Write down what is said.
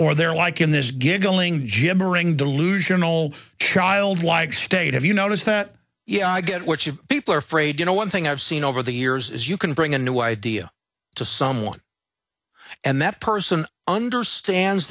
or they're like in this giggling jibbering delusional childlike state have you noticed that yeah i get what you people are afraid you know one thing i've seen over the years is you can bring a new idea to someone and that person understands